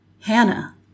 Hannah